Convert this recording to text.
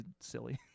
silly